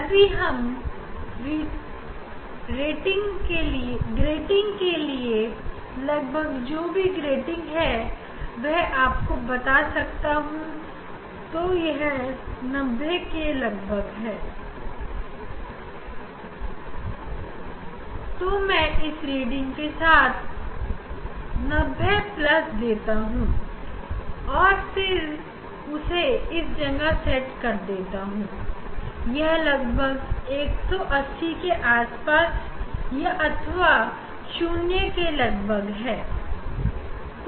अभी इस रेटिंग के लगभग जो भी रेटिंग है वह मैं आपको बता सकता हूं तो यह 90 के लगभग है तो मैं इस रीडिंग के साथ 90 देता हूं और फिर मैं उससे इस जगह सेट कर देता हूं यह 180 के लगभग अथवा 0 के लगभग होगा